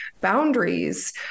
boundaries